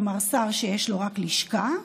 כלומר שר שיש לו רק לשכה,